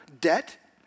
debt